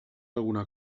alguna